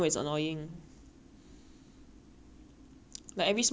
like every small small thing every small question they also wanna